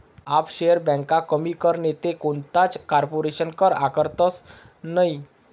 offshore ब्यांका कमी कर नैते कोणताच कारपोरेशन कर आकारतंस नयी